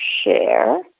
share